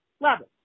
level